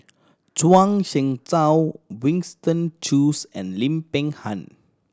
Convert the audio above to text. Zhuang Shengtao Winston Choos and Lim Peng Han